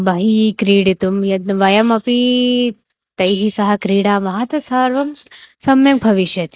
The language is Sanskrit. बहिः क्रीडितुं यद् वयमपि तैः सह क्रीडामः तत्सर्वं सम्यक् भविष्यति